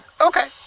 Okay